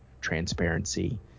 transparency